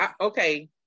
Okay